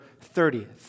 30th